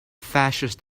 fascist